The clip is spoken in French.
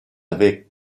avec